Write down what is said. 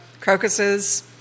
crocuses